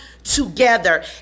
together